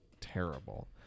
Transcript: terrible